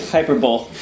Hyperbole